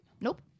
Nope